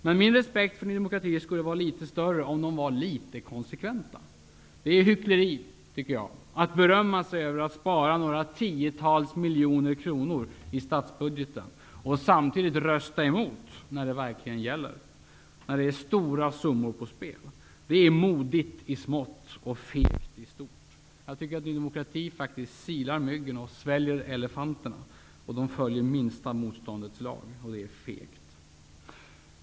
Men min respekt för Ny demokrati skulle vara litet större om man var litet konsekvent. Det är hyckleri, tycker jag, att berömma sig över att spara några tiotals miljoner kronor i statsbudgeten och samtidigt rösta emot när det verkligen gäller, när det är stora summor på spel. Det är modigt i smått och fegt i stort. Jag tycker att Ny demokrati faktiskt silar myggen och sväljer elefanterna. Partiet följer minsta motståndets lag. Det är fegt.